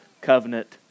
covenant